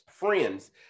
Friends